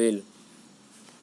होसियार होथे।